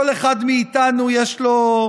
כל אחד מאיתנו יש לו,